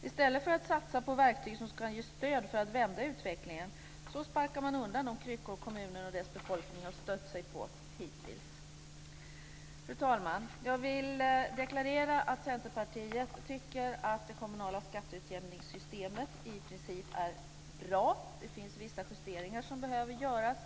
I stället för att satsa på verktyg som kan ge stöd för att vända utvecklingen sparkar man undan de kryckor kommunerna och deras befolkning har stött sig på hittills. Fru talman! Jag vill deklarera att Centerpartiet tycker att det komunala skatteutjämningssystemet i princip är bra. Det finns vissa justeringar som behöver göras.